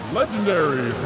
legendary